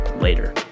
Later